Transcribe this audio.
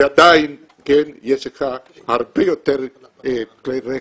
ועדיין יש לך הרבה יותר כלי רכב,